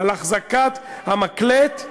על החזקת המַקלט.